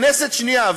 כנסת שנייה,